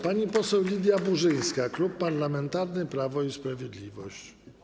Pani poseł Lidia Burzyńska, Klub Parlamentarny Prawo i Sprawiedliwość.